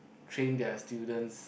train their students